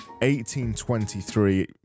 1823